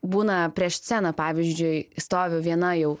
būna prieš sceną pavyzdžiui stoviu viena jau